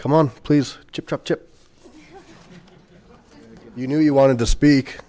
come on please you knew you wanted to speak